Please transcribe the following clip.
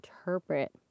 interpret